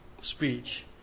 speech